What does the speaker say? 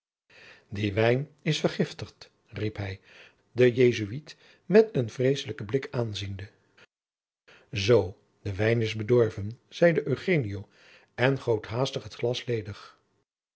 die wijn is vergiftigd riep hij den jesuit met een vreesselijken blik aanziende zoo de wijn is bedorven zeide eugenio en goot haastig het glas ledig